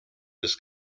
this